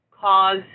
cause